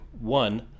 one